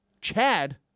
Chad